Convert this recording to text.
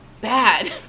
bad